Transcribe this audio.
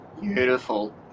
Beautiful